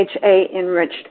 DHA-enriched